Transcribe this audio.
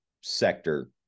sector